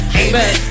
amen